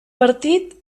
partit